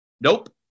nope